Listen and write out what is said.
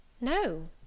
No